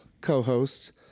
co-host